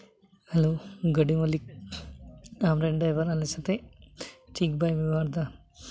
ᱤᱧ ᱜᱟᱹᱰᱤ ᱢᱟᱹᱞᱤᱠ ᱟᱢᱨᱮᱱ ᱰᱟᱭᱵᱷᱟᱨ ᱟᱞᱮ ᱥᱟᱛᱮᱜ ᱴᱷᱤᱠ ᱵᱟᱭ ᱵᱮᱵᱚᱦᱟᱨᱫᱟ